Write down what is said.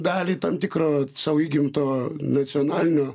dalį tam tikro savo įgimto nacionalinio